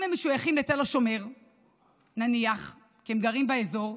אם הם משויכים לתל השומר, נניח, כי הם גרים באזור,